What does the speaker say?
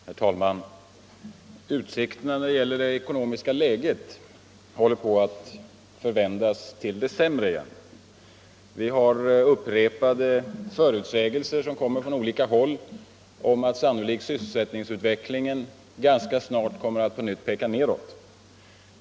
Herr talman! Utsikterna när det gäller det ekonomiska läget håller på att vändas till det sämre igen. Från olika håll kommer upprepade förutsägelser om att sysselsättningen sannolikt ganska snart kommer att få en nedåtgående utveckling.